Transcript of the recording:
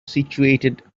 situated